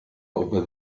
over